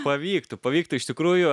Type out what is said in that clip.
pavyktų pavyktų iš tikrųjų